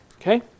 okay